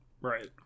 Right